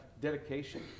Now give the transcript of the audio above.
dedication